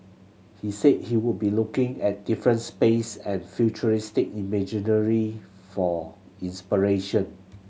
he said he would be looking at different space and futuristic imagery for inspiration